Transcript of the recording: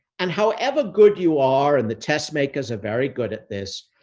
and however good you are, and the test makers are very good at this,